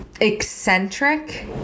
eccentric